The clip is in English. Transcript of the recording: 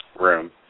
room